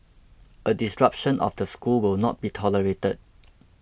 a disruption of the school will not be tolerated